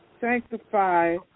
sanctify